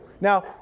now